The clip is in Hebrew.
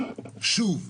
שוב,